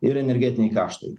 ir energetiniai kaštai